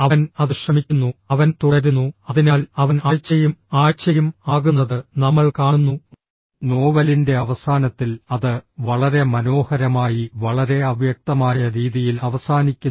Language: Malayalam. അവൻ അത് ശ്രമിക്കുന്നു അവൻ തുടരുന്നു അതിനാൽ അവൻ ആഴ്ചയും ആഴ്ചയും ആകുന്നത് നമ്മൾ കാണുന്നു നോവലിന്റെ അവസാനത്തിൽ അത് വളരെ മനോഹരമായി വളരെ അവ്യക്തമായ രീതിയിൽ അവസാനിക്കുന്നു